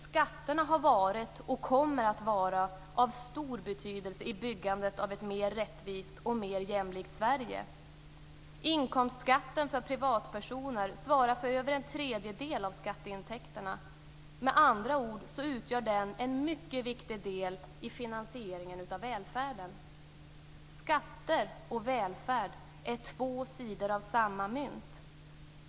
Skatterna har varit och kommer att vara av stor betydelse i byggandet av ett mer rättvist och jämlikt Sverige. Inkomstskatten för privatpersoner svarar för över en tredjedel av skatteintäkterna. Med andra ord utgör den en mycket viktig del i finansieringen av välfärden. Skatter och välfärd är två sidor av samma mynt.